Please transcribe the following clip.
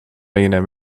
jiném